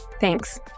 Thanks